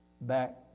back